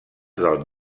del